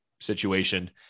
situation